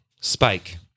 spike